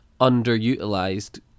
underutilized